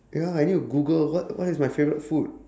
ya I need to google what what is my favourite food